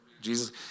Jesus